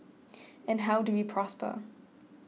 and how do we prosper